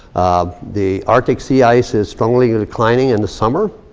the arctic sea ice is strongly yeah declining in the summer.